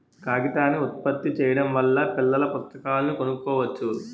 కాగితాన్ని ఉత్పత్తి చేయడం వల్ల పిల్లల పుస్తకాలను కొనుక్కోవచ్చు